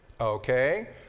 Okay